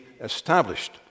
established